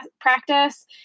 practice